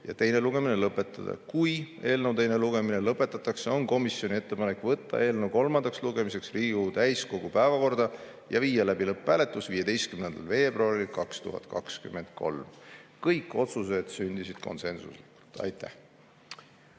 ja teine lugemine lõpetada. Kui eelnõu teine lugemine lõpetatakse, on komisjoni ettepanek võtta eelnõu kolmandaks lugemiseks Riigikogu täiskogu päevakorda ja viia läbi lõpphääletus 15. veebruaril 2023. Kõik otsused sündisid konsensusega. Aitäh!